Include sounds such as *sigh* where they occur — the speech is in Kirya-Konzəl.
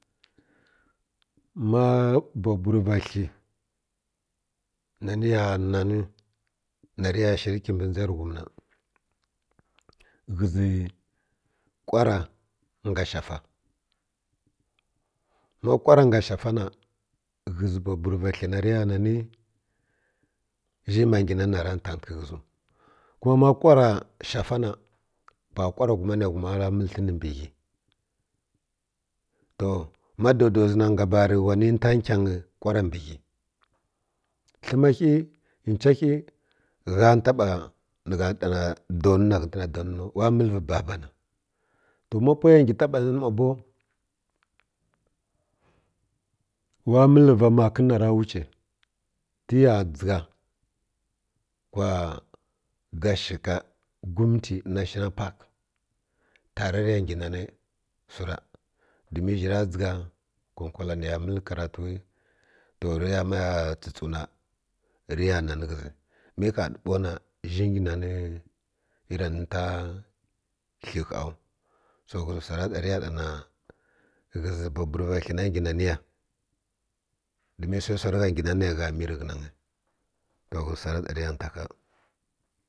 Ma boburva hi na ni ya na ni na rə ya shi rə kibə dʒa rə ghum ghə zi kwara nga shafa ma kwara nga shafa na ghə zi boburva hi na rə ya na ni zhi ma ngi na ni na ra nta təkə ghə ziw ko ma kwara shafa na pa kwara ghuma nə ghuma ra məl hən ni mbə ghəy to ma dow-dow zi na nga ba rə wa ni nfa nkənyi kwara mbə ghə hən ghə ncha ghə gha taba ni gha ɗa na dow na ghə na dow na wa məl vi babana to ma pwə ya ngə taɓa ma bow wa məl va makan na ra wuce tə ya dʒiga kwa gashgagundi national pack ta ra tə ga njə nani wsira domin zhi ra dʒiga ko wkal ni ya məl karatu ro rə ma ya tsə-tsəw na rə ya nani ghə zi *unintelligible* zhi ngə na ni ira nta hɨ ghaw ghə zi wsa ra ɗa rə ɗa na ghə zi boburha hi nə ngə na ni ya domin sai wsa rə gha ngə na ni ni ghə mi rə ghənang to ghə wsu ra ɗa rə ya nfa ha.